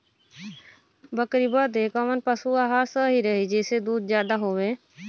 बकरी बदे कवन पशु आहार सही रही जेसे दूध ज्यादा होवे?